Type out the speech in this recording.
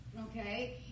okay